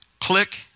click